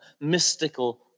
mystical